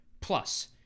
Plus